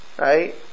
right